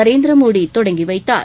நரேந்திரமோடி தொடங்கி வைத்தார்